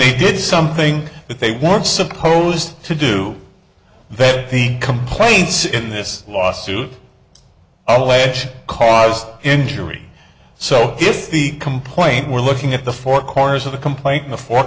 they did something that they weren't supposed to do then the complaints in this lawsuit alleged cause injury so if the complaint we're looking at the four corners of the complaint in the four